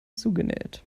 zugenäht